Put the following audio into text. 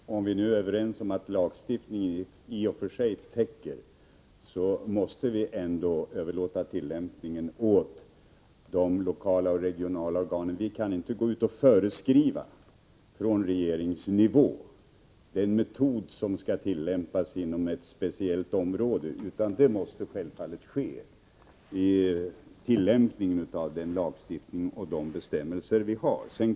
Herr talman! Om vi nu är överens om att lagstiftningen i och för sig täcker dessa frågor är det ändå uppenbart att vi måste överlåta tillämpningen på de lokala och regionala organen. Vi kan inte från regeringsnivå föreskriva den metod som skall tillämpas inom ett speciellt område, utan det måste självfallet ske en tillämpning av den lagstiftning och de bestämmelser vi har.